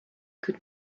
could